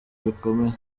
bikomeye